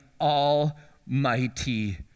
almighty